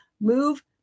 move